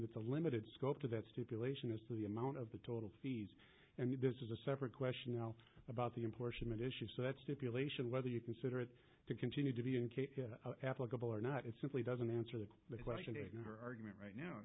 that the limited scope of that stipulation is to the amount of the total fees and this is a separate question now about the importunate issue so that stipulation whether you consider it to continue to be in case applicable or not it simply doesn't answer the question is no argument